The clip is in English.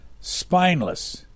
spineless